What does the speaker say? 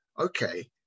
Okay